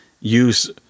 use